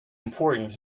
important